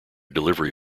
delivery